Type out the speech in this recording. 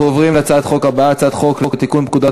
אנחנו עוברים להצעת החוק הבאה: הצעת חוק לתיקון פקודת